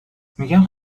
میگن